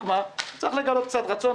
רק מה צריך לגלות קצת רצון.